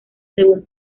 según